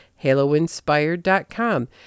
haloinspired.com